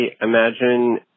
imagine